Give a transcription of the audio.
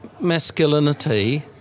masculinity